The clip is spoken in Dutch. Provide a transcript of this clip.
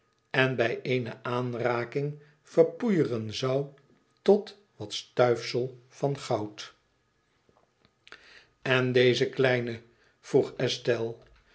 en bij eene aanraking verpoeieren zoû tot wat stuifsel van goud en deze kleine vroeg estelle